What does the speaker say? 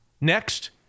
Next